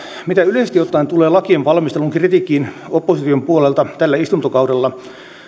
mitä yleisesti ottaen tulee lakien valmistelun kritiikkiin opposition puolelta tällä istuntokaudella